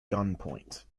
gunpoint